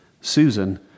Susan